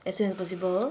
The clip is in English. as soon as possible